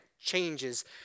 changes